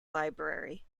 library